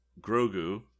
Grogu